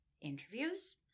interviews